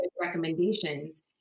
recommendations